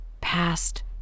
past